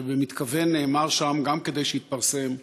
שבמתכוון נאמר שם, גם כדי שיתפרסם,